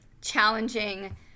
challenging